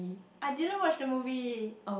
I didn't watch the movie